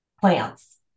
Plants